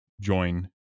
join